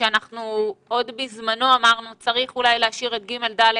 כשעוד בזמנו אמרנו שיש להשאיר את ג'-ד'